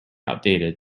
outdated